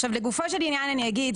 עכשיו לגופו של עניין אני אגיד,